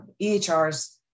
EHRs